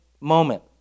moment